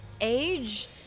age